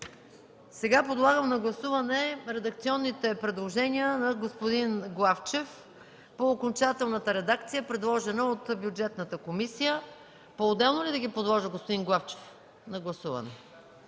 Подлагам на гласуване редакционните предложения на господин Главчев по окончателната редакция, предложена от Бюджетната комисия. Поотделно ли да ги подложа, господин Главчев, на гласуване?